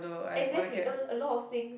exactly a lot of things